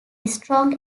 strong